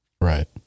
Right